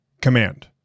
Command